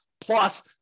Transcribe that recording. plus